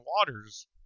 Waters